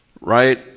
right